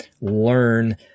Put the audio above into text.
learn